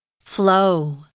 Flow